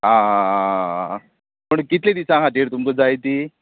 आं पूण कितले दिसां खातीर तुमकां जाय ती